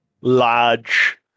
large